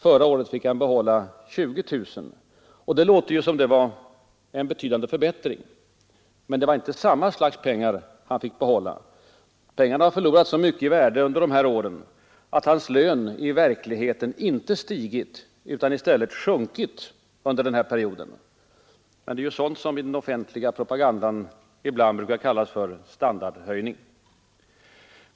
Förra året fick han behålla 20 000 kronor. Det låter ju som en betydande förbättring, men det var inte samma slags pengar han fick behålla. Pengarna har förlorat så mycket i värde under de här åren att hans lön i verkligheten inte stigit utan i stället sjunkit under den här perioden. Men det är sådant som i den offentliga propagandan ibland brukar kallas standardhöjning.